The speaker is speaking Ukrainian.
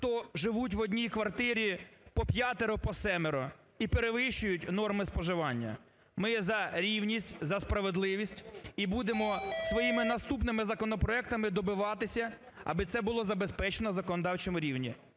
хто живуть в одній квартирі по п'ятеро, по семеро і перевищують норми споживання. Ми за рівність, за справедливість і будемо своїми наступними законопроектами добиватися аби це було забезпечено на законодавчому рівні.